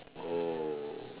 oh